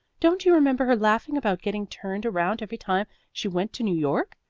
don't you remember her laughing about getting turned around every time she went to new york?